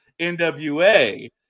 NWA